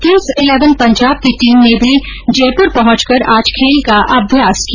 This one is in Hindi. किंग्स इलेवन पजांब की टीम ने भी जयपुर पहुंचकर आज खेल का अभ्यास किया